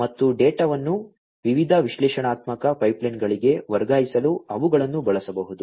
ಮತ್ತು ಡೇಟಾವನ್ನು ವಿವಿಧ ವಿಶ್ಲೇಷಣಾತ್ಮಕ ಪೈಪ್ಲೈನ್ಗಳಿಗೆ ವರ್ಗಾಯಿಸಲು ಅವುಗಳನ್ನು ಬಳಸಬಹುದು